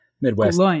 Midwest